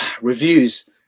Reviews